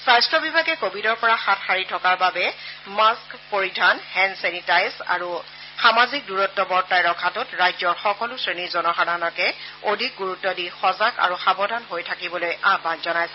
স্বাস্থ্য বিভাগে কোৱিডৰ পৰা হাত সাৰি থকাৰ বাবে মাস্থ পৰিধান হেণ্ড ছেনিটাইজ আৰু সামাজিক দূৰত্ব বৰ্তাই ৰখাটোত ৰাজ্যৰ সকলো শ্ৰেণীৰ জনসাধাৰণকে অধিক গুৰুত্ব দি সজাগ আৰু সাৱধান হৈ থাকিবলৈ আহান জনাইছে